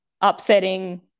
upsetting